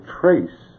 trace